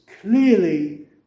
clearly